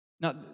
Now